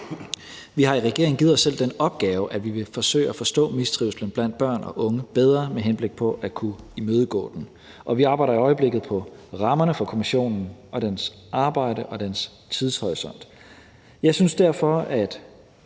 Vi har i regeringen givet os selv den opgave, at vi vil forsøge at forstå mistrivslen blandt børn og unge bedre med henblik på at kunne imødegå den, og vi arbejder i øjeblikket på rammerne for kommissionen og dens arbejde og dens tidshorisont. Jeg synes derfor, at